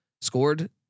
scored